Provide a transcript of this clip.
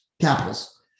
Capitals